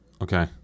Okay